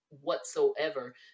whatsoever